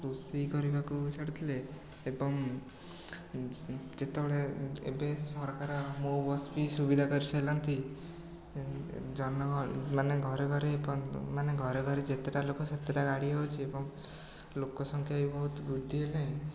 ରୋଷେଇ କରିବାକୁ ଛାଡ଼ୁଥୁଲେ ଏବଂ ଯେତେବେଳେ ଏବେ ସରକାର ମୋ ବସ୍ ବି ସୁବିଧା କରି ସାରିଲାଣି ଜନ ଗ ମାନେ ଘରେ ଘରେ ଏପ ମାନେ ଘରେ ଘରେ ଯେତେଟା ଲୋକ ସେତେଟା ଗାଡ଼ି ହେଉଛି ଏବଂ ଲୋକସଂଖ୍ୟା ବି ବହୁତ ବୃଦ୍ଧି ହେଲାଣି